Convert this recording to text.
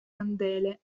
candele